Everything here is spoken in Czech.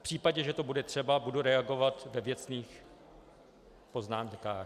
V případě, že to bude třeba, budu reagovat ve věcných poznámkách.